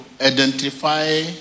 identify